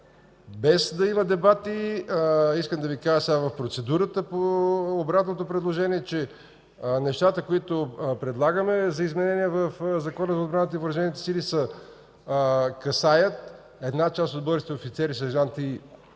без да има дебати, искам да Ви кажа в процедурата на обратното предложение, че нещата, които предлагаме за изменения в Закона за отбраната и Въоръжените сили, касаят една част от българските офицери, сержанти